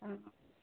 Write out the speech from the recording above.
हूँ